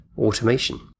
automation